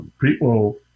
people